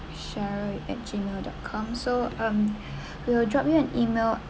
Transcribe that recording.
cheryl at gmail dot com so um we will drop you an email